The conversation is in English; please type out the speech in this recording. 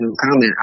comment